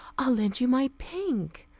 i'll lend you my pink,